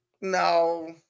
No